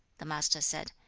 the master said,